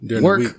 work